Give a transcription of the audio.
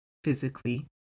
physically